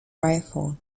rifle